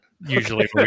usually